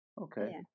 Okay